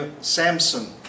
Samson